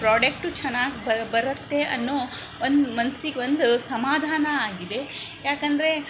product ಚೆನ್ನಾಗ್ ಬರುತ್ತೆ ಅನ್ನೊ ಒಂದು ಮನ್ಸಿಗೊಂದು ಸಮಾಧಾನ ಆಗಿದೆ ಯಾಕಂದರೆ